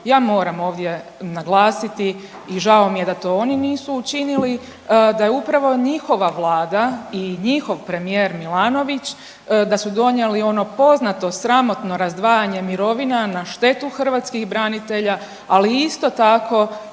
ja moram ovdje naglasiti i žao mi je da to oni nisu učinili da je upravo njihova vlada i njihov premijer Milanović da su donijeli ono poznato, sramotno razdvajanje mirovina na štetu hrvatskih branitelja, ali isto tako